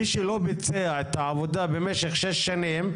מי שלא ביצע את העבודה במשך 6 שנים,